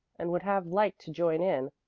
and would have liked to join in,